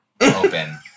open